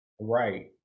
Right